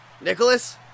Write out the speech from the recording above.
Nicholas